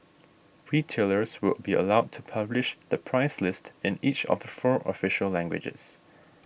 retailers will be allowed to publish the price list in each of the four official languages